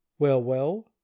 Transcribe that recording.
Wellwell